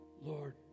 Lord